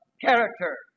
character